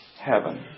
Heaven